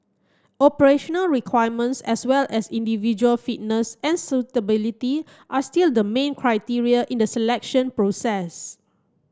operational requirements as well as individual fitness and suitability are still the main criteria in the selection process